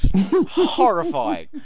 horrifying